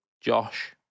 Josh